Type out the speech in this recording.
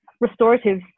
restorative